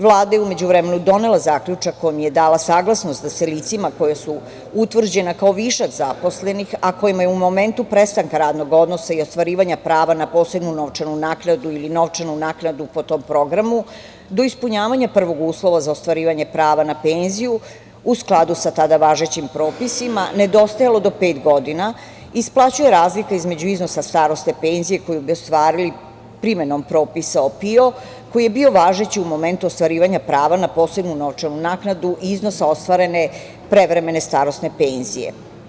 Vlada je u međuvremenu donela zaključak u kome je dala saglasnost da se licima koji su utvrđena kao višak zaposlenih, a kojima je u momentu prestanka radnog odnosa i ostvarivanja prava na posebnu novčanu naknadu ili novčanu naknadu, po tom programu, do ispunjavanja prvog uslova za ostvarivanje prava na penziju, u skladu sa tada važećim propisima, nedostajalo do pet godina, isplaćuje razlika između iznosa starosne penzije koju bi ostvarili primenom propisa o PIO koji je bio važeći u momentu ostvarivanja prava na posebnu novčanu naknadu i iznosa ostvarene prevremene starosne penzije.